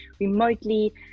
remotely